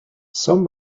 some